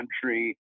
country